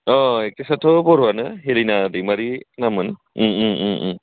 एक्ट्रिसाथ' बर'आनो हेलिना दैमारि नाममोन